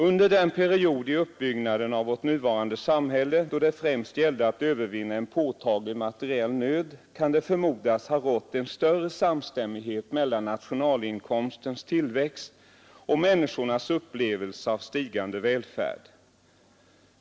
Under den period i uppbyggnaden av vårt nuvarande samhälle då det främst gällde att övervinna en påtaglig materiell nöd kan det förmodas ha rått en större samstämmighet mellan nationalinkomstens tillväxt och människornas upplevelse av stigande välfärd.